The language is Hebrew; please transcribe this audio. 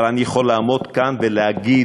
אבל אני יכול לעמוד כאן ולהגיד: